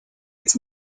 its